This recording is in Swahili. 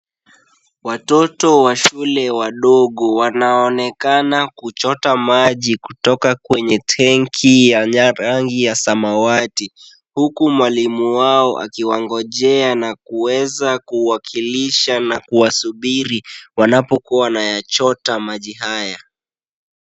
Watoto wa shule wadogo wanaonekana kuchota maji kutoka kwenye tenki ya rangi ya samawati, huku mwalimu wao akiwangojea na kuweza kuwakilisha na kuwasubiri wanapokuwa wanayachota maji haya.